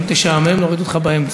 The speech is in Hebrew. אם תשעמם, נוריד אותך באמצע.